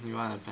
you want to PE~